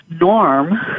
norm